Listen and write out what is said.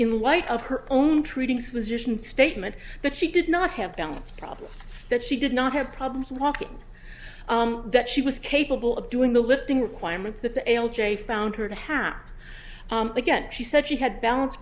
in light of her own treating suspicion statement that she did not have balance problems that she did not have problems walking that she was capable of doing the lifting requirements that the l j found her to happen again she said she had balance